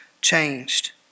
changed